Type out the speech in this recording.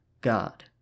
God